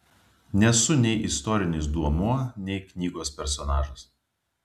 nesu nei istorinis duomuo nei knygos personažas